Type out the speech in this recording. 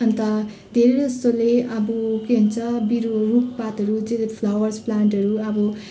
अन्त धेरै जस्तोले अब के भन्छ बिरु रुख पातहरू जे फ्लावर्स प्लान्टहरू अब